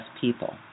people